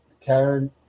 Karen